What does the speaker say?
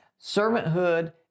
servanthood